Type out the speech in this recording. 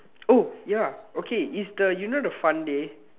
oh ya okay is the you know the fun day